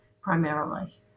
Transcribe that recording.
primarily